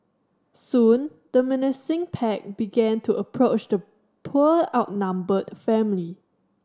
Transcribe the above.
soon the menacing pack began to approach the poor outnumbered family